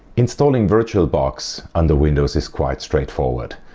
installing virtualbox under windows is quite straightforward.